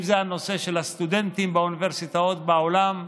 בנושא של הסטודנטים באוניברסיטאות בעולם,